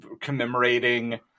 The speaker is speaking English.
commemorating